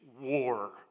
war